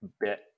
bit